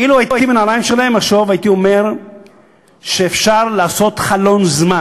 אילו הייתי בנעליים שלהם עכשיו הייתי אומר שאפשר לעשות חלון זמן.